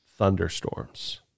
thunderstorms